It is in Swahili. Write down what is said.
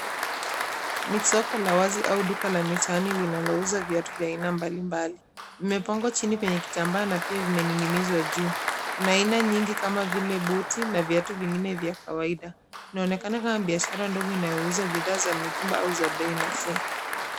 Ni soko la wazi au duka la mitaani linalouza viatu vya aina mbalimbali. Vimepangwa chini kwenye kitambaa na pia vimening'nizwa juu. Kuna aina nyingi kama vile buti na viatu vingine vya kawaida. Inaonekana kama biashara ndogo inayouza bidhaa za mitumba au za bei nafuu.